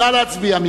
התשס"ט 2009,